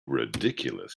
ridiculous